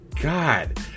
God